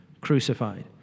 crucified